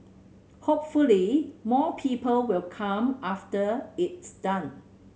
hopefully more people will come after it's done